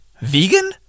Vegan